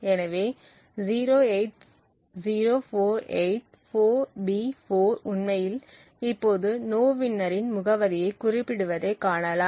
எனவே 080484B4 உண்மையில் இப்போது நோவின்னரின் முகவரியைக் குறிப்பிடுவதைக் காணலாம்